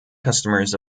customers